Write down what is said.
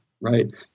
right